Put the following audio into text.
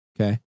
Okay